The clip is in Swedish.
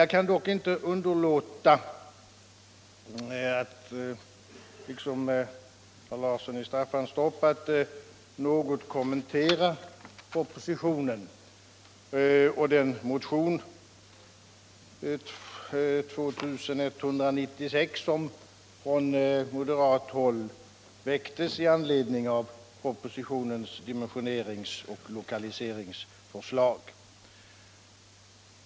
Jag kan dock inte underlåta att — liksom herr Larsson i Staffanstorp — något kommentera propositionen och den motion, 2196, som från moderat håll väcktes i anledning av propositionens dimensioneringsoch lokaliseringsförslag.